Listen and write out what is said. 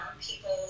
people